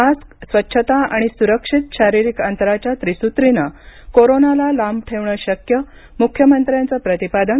mask स्वच्छता आणि सुरक्षित शारिरिक अंतराच्या त्रिसुत्रीनं कोरोनाला लांब ठेवणं शक्य मुख्यमंत्र्यांचं प्रतिपादन